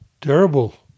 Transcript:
Terrible